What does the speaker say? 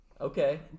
Okay